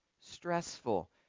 stressful